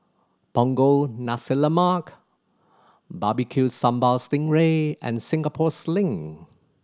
Punggol Nasi Lemak Barbecue Sambal sting ray and Singapore Sling